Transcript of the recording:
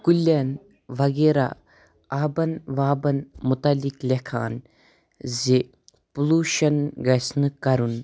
کُلین وغیرَہ آبَن وابن مُتعلِق لیکھان زِ پُلوٗشن گَژھِ نہٕ کَرُن